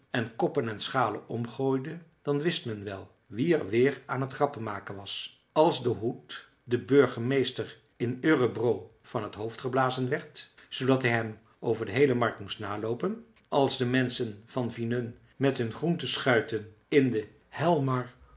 en koppen en schalen omgooide dan wist men wel wie er weer aan t grappen maken was als de hoed den burgemeester in örebro van t hoofd geblazen werd zoodat hij hem over de heele markt moest naloopen als de menschen van vinön met hun groenteschuiten in den hjälmar